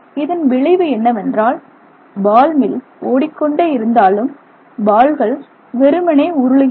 இதன் விளைவு என்னவென்றால் பால் மில் ஓடிக்கொண்டே இருந்தாலும் பால்கள் வெறுமனே உருளுகின்றன